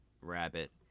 rabbit